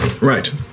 Right